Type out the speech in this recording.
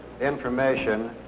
information